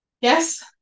Yes